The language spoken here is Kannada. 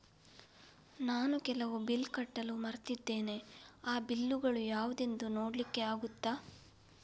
ನಾನು ಕೆಲವು ಬಿಲ್ ಕಟ್ಟಲು ಮರ್ತಿದ್ದೇನೆ, ಆ ಬಿಲ್ಲುಗಳು ಯಾವುದೆಂದು ನೋಡ್ಲಿಕ್ಕೆ ಆಗುತ್ತಾ?